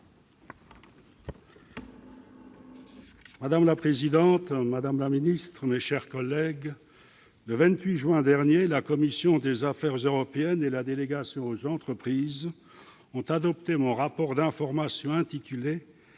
Madame la présidente, madame la secrétaire d'État, mes chers collègues, le 28 juin dernier la commission des affaires européennes et la délégation sénatoriale aux entreprises ont adopté mon rapport d'information intitulé.